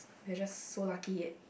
we are just so lucky